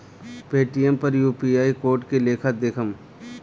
Paytm पर UPI code के लेखा देखम?